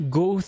go